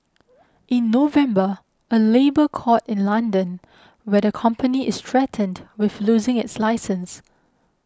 in November a labour court in London where the company is threatened with losing its license